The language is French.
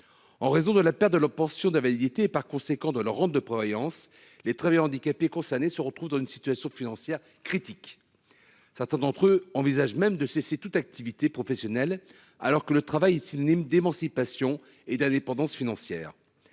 En raison de la perte de leur pension d'invalidité et par conséquent de leurs rentes de prévoyance. Les travailleurs handicapés concernées se retrouve dans une situation financière critique. Certains d'entre eux envisagent même de cesser toute activité professionnelle alors que le travail s'ils n'aiment d'émancipation et d'indépendance financière.